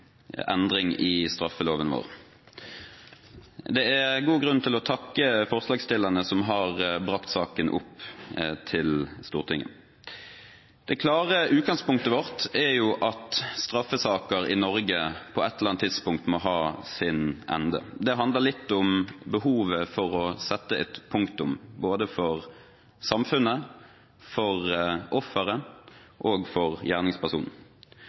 god grunn til å takke forslagsstillerne som har brakt saken til Stortinget. Det klare utgangspunktet vårt er at straffesaker i Norge på et eller annet tidspunkt må ha sin ende. Det handler litt om behovet for å sette et punktum, både for samfunnet, for offeret og for gjerningspersonen.